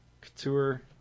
Couture